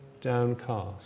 downcast